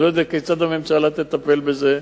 אני לא יודע כיצד הממשלה תטפל בזה.